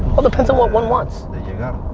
all depends on what one wants. there you go.